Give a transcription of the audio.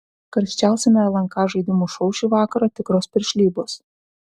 karščiausiame lnk žaidimų šou šį vakarą tikros piršlybos